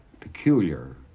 peculiar